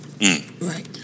Right